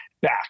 back